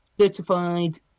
certified